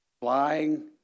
flying